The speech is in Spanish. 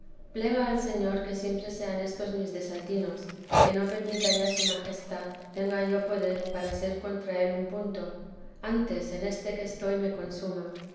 plega al señor que siempre sean éstos mis desatinos y que no permita ya su majestad tenga yo poder para ser contra él un punto antes en éste que estoy me consuma